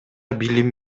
билим